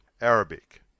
Arabic